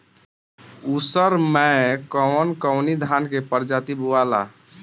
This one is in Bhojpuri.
उसर मै कवन कवनि धान के प्रजाति बोआला?